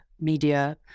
media